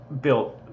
built